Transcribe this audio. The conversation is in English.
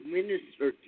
Minister